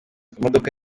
imodoka